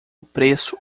preço